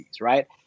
right